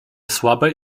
słabe